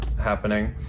happening